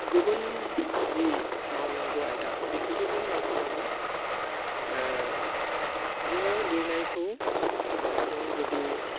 गुबुन जि मावनांगौ आयदा बिखौबो जों लांफांनांगोन जोङो लिरनायखौ जों जुदि